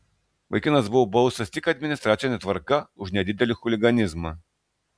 vaikinas buvo baustas tik administracine tvarka už nedidelį chuliganizmą